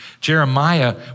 Jeremiah